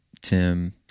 Tim